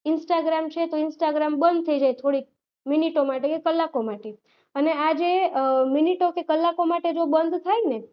Instagram છે તો Instagram બંધ થઇ જાઇ થોડીક મિનિટો માટે કે કલાકો માટે આ જે મિનિટો કે કલાકો માટે જો બંધ થાય ને